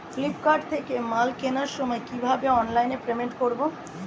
Flipkart থেকে মাল কেনার সময় কিভাবে অনলাইনে পেমেন্ট করব?